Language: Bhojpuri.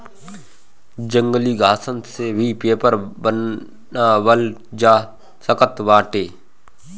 जंगली घासन से भी पेपर बनावल जा सकत बाटे